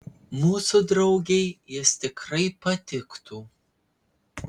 mūsų draugei jis tikrai patiktų